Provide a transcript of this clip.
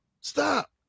Stop